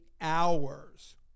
hours